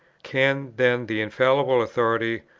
can, then, the infallible authority,